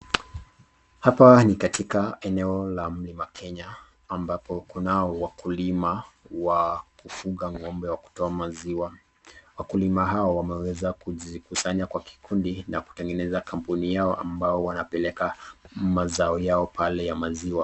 Hapa ni katika eneo la mlima Kenya ambao kunao wakulima wa kufuga ng'ombe wa kutoa maziwa. Wakulima hawa wameweza kujikusanya kwa kikundi na kutengeneza kampuni yao ambayo wanapeleka mazao yao pale ya maziwa.